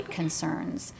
concerns